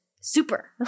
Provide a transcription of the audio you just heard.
super